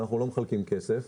אנחנו לא מחלקים כסף.